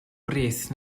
brys